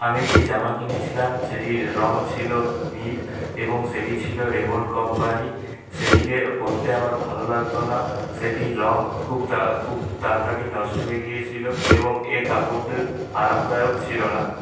আমি একটি জামা কিনেছিলাম সেটির রঙ ছিল নীল এবং সেটি ছিল রেমন্ড কৌম্পানির সেটিকে পড়তে আমার ভালো লাগতো না সেটির রঙ খুব তা খুব তাড়াতাড়ি নষ্ট হয়ে গিয়েছিলো এবং এর কাপড়টি আরামদায়ক ছিল না